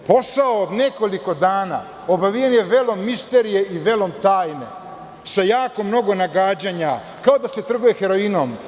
Posao od nekoliko dana obavijen je velom misterije i velom tajne sa jako mnogo nagađanja, kao da se trguje heroinom.